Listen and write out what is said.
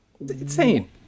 Insane